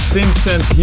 Vincent